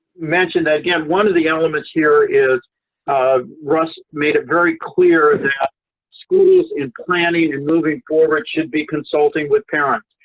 mention that, again, one of the elements here is russ made it very clear that schools in planning and moving forward should be consulting with parents,